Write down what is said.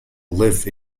live